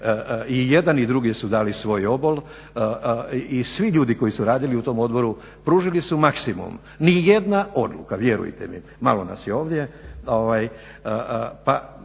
i jedan i drugi su dali svoj obol i svi ljudi koji su radili u tom odboru pružili su maksimum. Nijedna odluka, vjerujte mi, malo nas je ovdje,